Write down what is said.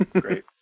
Great